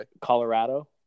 Colorado